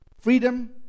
Freedom